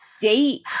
date